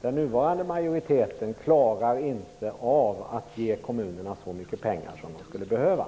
den nuvarande majoriteten klarar att ge kommunerna så mycket pengar som de skulle behöva.